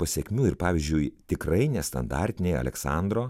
pasekmių ir pavyzdžiui tikrai nestandartinei aleksandro